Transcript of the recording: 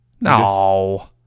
No